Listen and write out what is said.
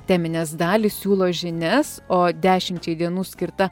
teminės dalys siūlo žinias o dešimčiai dienų skirta